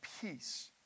peace